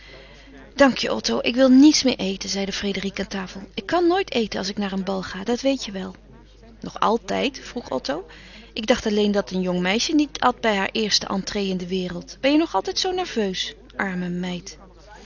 dank je otto ik wil niets meer eten zeide frédérique aan tafel ik kan nooit eten als ik naar een bal ga dat weet je wel nog altijd vroeg otto ik dacht alleen dat een jong meisje niet at bij haar allereerste entrée in de wereld ben je nog altijd zoo nerveus arme meid